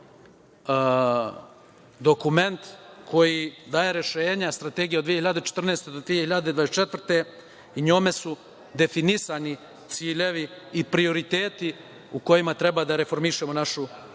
dokument koji daje rešenja, Strategija od 2014-2024. godine, i njome su definisani ciljevi i prioriteti u kojima treba da reformišemo našu